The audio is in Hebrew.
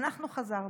אנחנו חזרנו,